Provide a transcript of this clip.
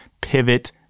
Pivot